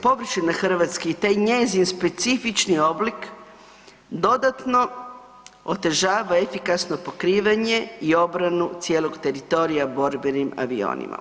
Površina Hrvatske i taj njezin specifični oblik dodatno otežava efikasno pokrivanje i obranu cijelog teritorija borbenim avionima.